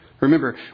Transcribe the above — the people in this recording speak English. Remember